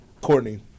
Courtney